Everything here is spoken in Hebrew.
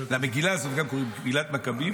למגילה הזאת גם קוראים "מגילת מקבים",